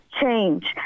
change